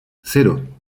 cero